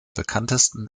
bekanntesten